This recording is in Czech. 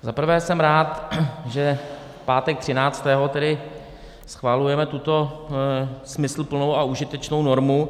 Za prvé jsem rád, že v pátek třináctého schvalujeme tuto smysluplnou a užitečnou normu.